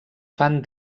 fan